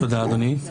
תודה, אדוני.